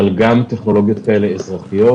אבל גם טכנולוגיות אזרחיות,